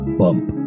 bump